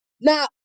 now